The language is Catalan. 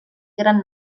gran